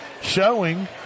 showing